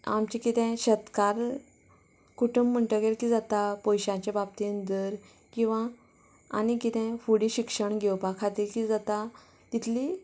आमचे कितें शेतकार कुटूंब म्हणटकीर कितें जाता पयशाच्या बाबतीन धर किंवां आनी कितें फुडें शिक्षण घेवपा खातीर कितें जाता तितली